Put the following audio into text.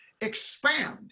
expand